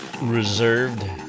reserved